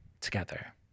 together